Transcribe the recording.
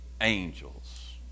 angels